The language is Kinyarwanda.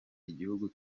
igihugu